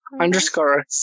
underscore